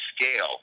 scale